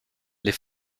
les